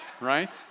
right